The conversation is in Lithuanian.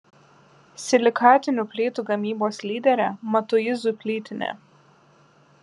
silikatinių plytų gamybos lyderė matuizų plytinė